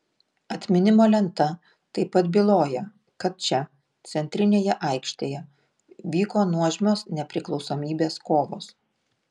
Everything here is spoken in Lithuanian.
atminimo lenta taip pat byloja kad čia centrinėje aikštėje vyko nuožmios nepriklausomybės kovos